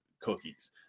cookies